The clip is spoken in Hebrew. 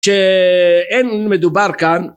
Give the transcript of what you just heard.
שאין מדובר כאן